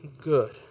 good